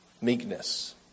meekness